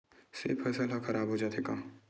से फसल ह खराब हो जाथे का?